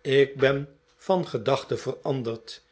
ik ben van gedachte veranderd